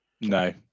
No